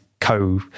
co